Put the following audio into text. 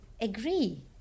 agree